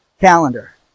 calendar